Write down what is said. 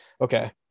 okay